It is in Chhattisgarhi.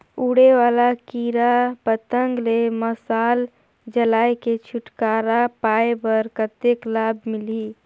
उड़े वाला कीरा पतंगा ले मशाल जलाय के छुटकारा पाय बर कतेक लाभ मिलही?